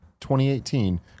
2018